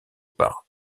par